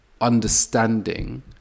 understanding